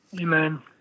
Amen